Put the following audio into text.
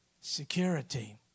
security